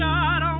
God